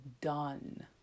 done